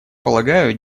полагаю